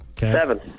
Seven